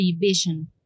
vision